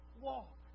walk